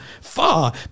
far